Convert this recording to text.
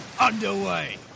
underway